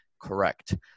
Correct